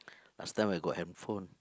last time I got handphone